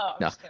No